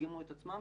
ידגמו את עצמם,